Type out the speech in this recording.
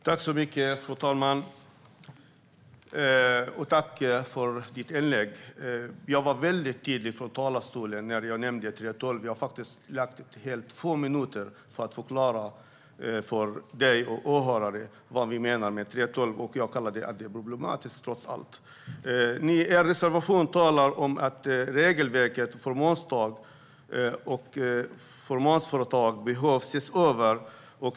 Fru talman! Jag vill tacka för repliken. När det gäller 3:12 var jag väldigt tydlig i talarstolen. Jag lade hela två minuter på att förklara för dig och åhörarna vad vi menar med det, Jörgen Warborn. Det är trots allt problematiskt. I er reservation talar ni om att regelverket för fåmansföretag behöver ses över.